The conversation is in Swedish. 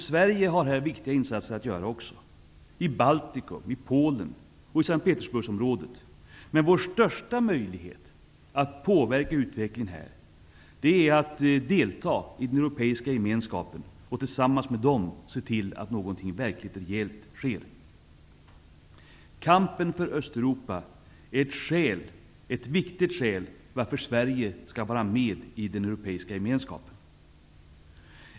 Sverige har också viktiga insatser att göra här, i t.ex. Baltikum, Polen och S:t Petersburgsområdet. Men vår största möjlighet att påverka utvecklingen här är att delta i den europeiska gemenskapen och tillsammans med de andra länderna se till att något verkligt rejält sker. Kampen för Östeuropa är ett viktigt skäl till att Sverige skall vara med i den europeiska gemenskapen.